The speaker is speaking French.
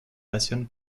passionne